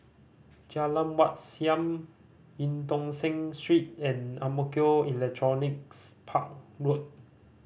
Jalan Wat Siam Eu Tong Sen Street and Ang Mo Kio Electronics Park Road